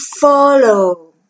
follow